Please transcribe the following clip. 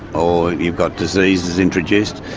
you've got diseases introduced.